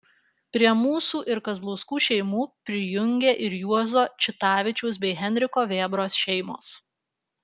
prie mūsų ir kazlauskų šeimų prijungė ir juozo čitavičiaus bei henriko vėbros šeimos